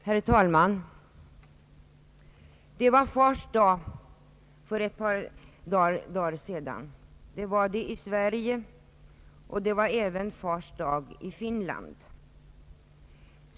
Herr talman! Det var fars dag för ett par dagar sedan i Sverige och även i Finland.